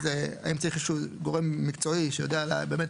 אם צריך איזה שהוא גורם מקצועי שיודע באמת,